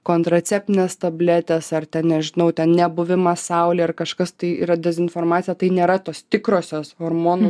kontraceptinės tabletės ar ten nežinau ten nebuvimas saulėj ar kažkas tai yra dezinformacija tai nėra tos tikrosios hormonus